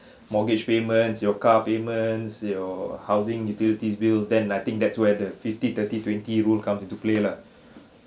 mortgage payments your car payments your housing utilities bills then I think that's where the fifty thirty twenty rule come into play lah